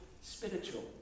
spiritual